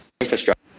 infrastructure